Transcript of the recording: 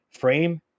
frame